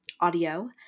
audio